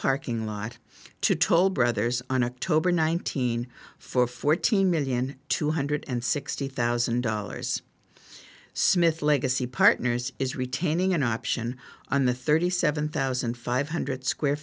parking lot to toll brothers on october nineteen for fourteen million two hundred sixty thousand dollars smith legacy partners is retaining an option on the thirty seven thousand five hundred square